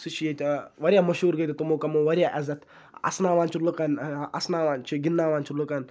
سُہ چھِ ییٚتہِ واریاہ مٔشہوٗر ییٚتہِ تمو کَموو واریاہ عزت اَسناوان چھِ لُکَن اَسناوان چھِ گِنٛدناوان چھِ لُکَن